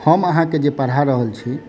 हम अहाँके जे पढ़ा रहल छी